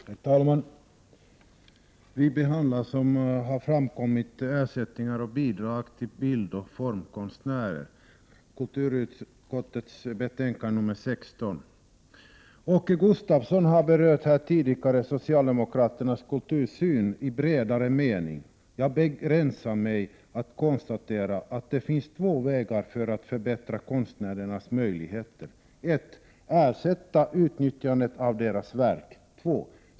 Herr talman! Vi behandlar, som det har framkommit, kulturutskottets betänkande nr 16 om ersättningar och bidrag till bildoch formkonstnärer. Åke Gustavsson har här tidigare berört socialdemokraternas kultursyn i bredare mening. Jag begränsar mig till att konstatera att det finns två vägar för att förbättra konstnärernas möjligheter. 1. Ersätta utnyttjandet av deras verk. 2.